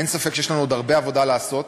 אין ספק שיש לנו עוד הרבה עבודה לעשות,